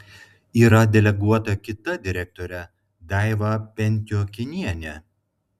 yra deleguota kita direktorė daiva pentiokinienė